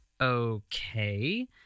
okay